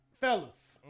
Fellas